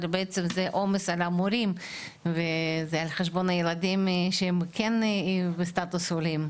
אבל בעצם זה עומס על המורים וזה על חשבון הילדים שהם כן בסטטוס עולים,